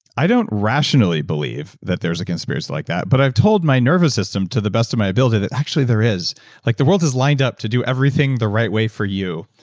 i don't rationally believe that there's a conspiracy like that, but i've told my nervous system to the best of my ability that actually there is like the world has lined up to do everything the right way for you.